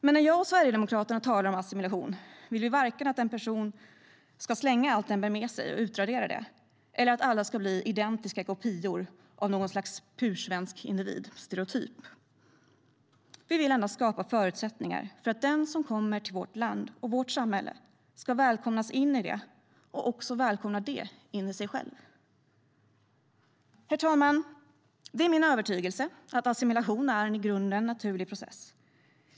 Men när vi talar om assimilation vill vi varken att en person ska slänga allt den bär med sig och utradera det eller att alla ska bli identiska kopior av någon slags pursvensk individ, en stereotyp. Vi vill endast skapa förutsättningar för att den som kommer till vårt land och vårt samhälle ska välkomnas in i det och också välkomna det in i sig själv. Herr talman! Det är min övertygelse att assimilation är en i grunden naturlig process.